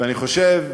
ואני חושב,